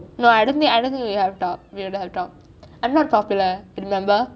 no I don't I don't think we would have talked I am not popular remember